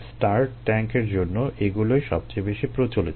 stirred ট্যাংকের জন্য এগুলোই সবচেয়ে বেশি প্রচলিত